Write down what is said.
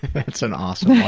that's an awesome one.